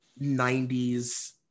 90s